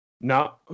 No